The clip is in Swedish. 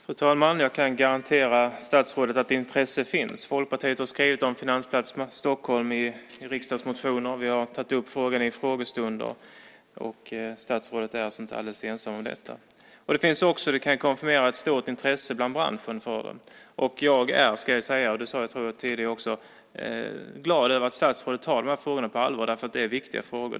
Fru talman! Jag kan garantera statsrådet att intresse finns. Folkpartiet har skrivit om Finansplats Stockholm i riksdagsmotioner, och vi har tagit upp frågan i frågestunder. Statsrådet är alltså inte alldeles ensam om detta. Det finns också, kan jag konfirmera, ett stort intresse i branschen. Jag är, ska jag säga, som statsrådet tidigare också sade, glad över att statsrådet tar de här frågorna på allvar, därför att det är viktiga frågor.